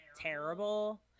terrible